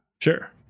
Sure